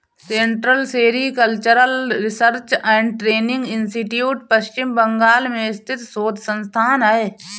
central Sericultural Research and Training Institute Paschim Bengal में स्थित शोध संस्थान है